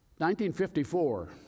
1954